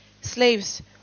Slaves